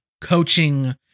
coaching